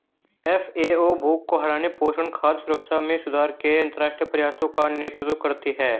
FAO भूख को हराने, पोषण, खाद्य सुरक्षा में सुधार के अंतरराष्ट्रीय प्रयासों का नेतृत्व करती है